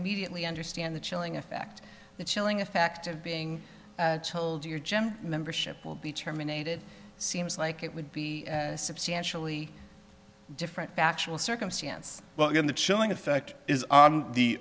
immediately understand the chilling effect the chilling effect of being told your general membership will be terminated seems like it would be a substantially different factual circumstance well again the chilling effect is on the